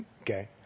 Okay